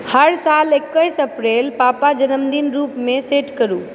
हर साल एकैस अप्रिल पापा जन्मदिन रूपमे सेट करू